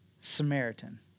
Samaritan